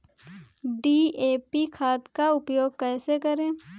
DAP खाद का उपयोग कैसे करें?